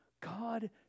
God